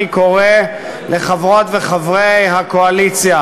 אני קורא לחברות וחברי הקואליציה: